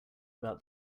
about